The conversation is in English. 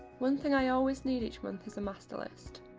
one thing i always need each month is a master list.